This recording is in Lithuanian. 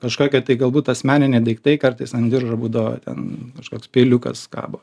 kažkokie tai galbūt asmeniniai daiktai kartais ant diržo būdavo ten kažkoks peiliukas kabo